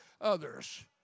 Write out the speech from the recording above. others